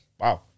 Wow